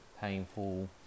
painful